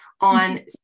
on